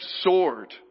sword